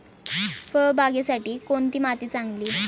फळबागेसाठी कोणती माती चांगली?